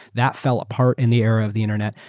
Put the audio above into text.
that fell apart in the era of the internet.